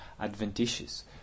adventitious